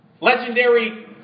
Legendary